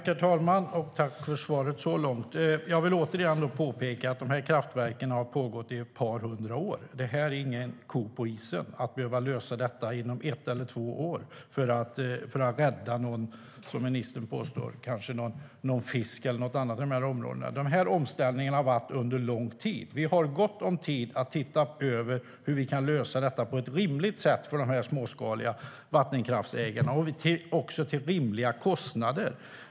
Herr talman! Tack, Åsa Romson, för svaret så långt! Jag vill återigen påpeka att de här kraftverken har varit i drift under ett par hundra år. Det är ingen ko på isen att lösa detta inom ett eller två år för att rädda någon, som ministern påstår, fisk eller något annat i de här områdena. Den här omställningen har pågått under lång tid. Vi har gott om tid att se över hur vi kan lösa detta på ett rimligt sätt för de småskaliga vattenkraftsägarna och till rimliga kostnader.